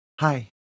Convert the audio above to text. Hi